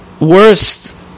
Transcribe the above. worst